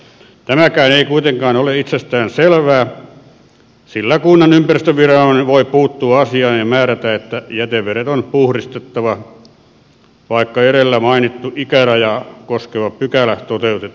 tämäkään ei kuitenkaan ole itsestään selvää sillä kunnan ympäristöviranomainen voi puuttua asiaan ja määrätä että jätevedet on puhdistettava vaikka edellä mainittu ikärajaa koskeva pykälä toteutuukin